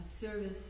service